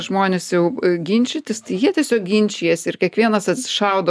žmonės jau ginčytis tai jie tiesiog ginčijasi ir kiekvienas atsišaudo